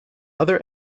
other